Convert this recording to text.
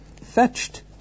fetched